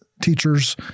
teachers